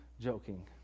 joking